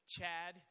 Chad